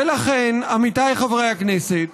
ולכן, עמיתיי חברי הכנסת,